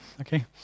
Okay